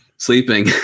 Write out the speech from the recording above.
Sleeping